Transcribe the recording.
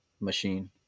machine